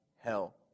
hell